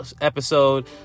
episode